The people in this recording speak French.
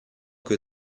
que